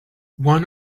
one